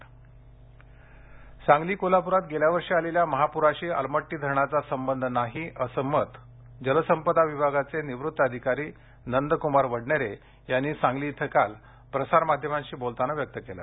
सांगली परस्थिती अहवाल सांगली कोल्हापुरात गेल्या वर्षी आलेल्या महापूराशी अलमट्टी धरणाचा संबंध नाही असे मत जलसंपदा विभागाचे निवृत्त अधिकारी नंदकुमार वडनेरे यांनी सांगली इथं काल प्रसारमाध्यमांशी बोलताना व्यक्त केलं